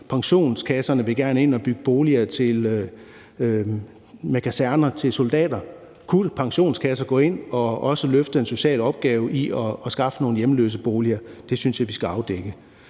Pensionskasserne vil gerne ind at bygge kaserner, som skal tjene som boliger til soldater, og kunne pensionskasser også gå ind og løfte en social opgave i at skaffe nogle hjemløse boliger? Det synes jeg vi skal afdække.